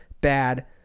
bad